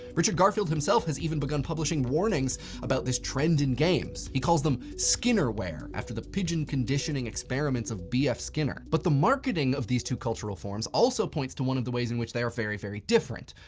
richard garfield himself has even begun publishing warnings about this trend in games. he calls them skinnerware after the pigeon conditioning experiments of bf skinner. but the marketing of these two cultural forms also points to one of the ways in which they are very, very different.